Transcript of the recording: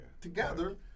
together